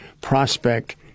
Prospect